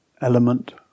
element